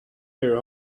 their